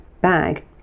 bag